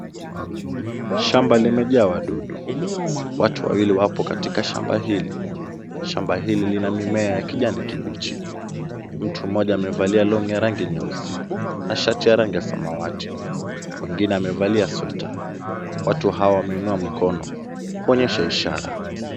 Shamba limejaa wadudu. Watu wawili wapo katika shamba hili. Shamba hili lina mimea ya kijani kibichi. Mtu mmoja amevalia long'i ya rangi nyeusi na shati ya rangi ya samawati. Mwingine amevalia sweta. Watu hawa wameinua mikono kuonyesha ishara.